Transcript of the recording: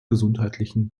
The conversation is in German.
gesundheitlichen